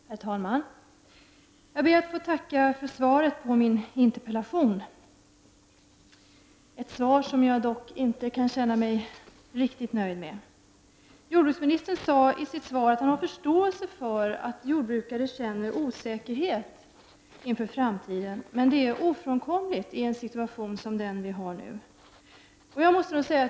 Herr talman! Jag ber att få tacka för svaret på min interpellation, ett svar som jag dock inte kan känna mig riktigt nöjd med. Jordbruksministern sade i sitt svar att han har förståelse för att jordbrukare känner osäkerhet inför framtiden men att det är ofrånkomligt i en situation som den vi har nu.